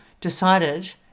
decided